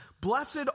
Blessed